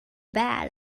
bad